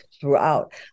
throughout